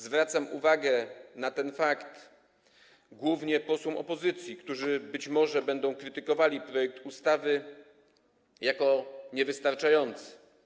Zwracam uwagę na ten fakt głównie posłom opozycji, którzy być może będą krytykowali projekt ustawy jako niewystarczający.